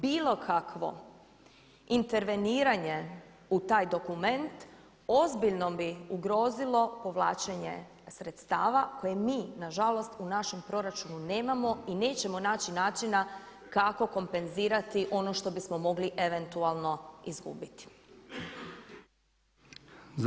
Bilo kakvo interveniranje u taj dokument ozbiljno bi ugrozilo povlačenje sredstava koje mi na žalost u našem proračunu nemamo i nećemo naći načina kako kompenzirati ono što bismo mogli eventualno izgubiti.